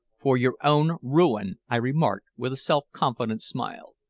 for your own ruin, i remarked with a self-confident smile.